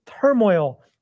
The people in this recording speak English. turmoil